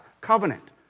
covenant